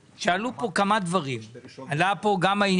בעזרת השם לכמה דברים שעלו פה: עלה פה העניין,